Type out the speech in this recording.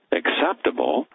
acceptable